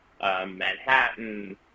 Manhattan